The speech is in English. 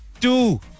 Two